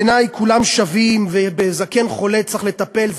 בעיני כולם שווים, ובזקן חולה צריך לטפל.